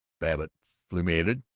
babbitt fulminated.